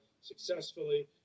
successfully